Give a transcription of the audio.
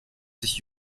sich